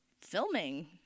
filming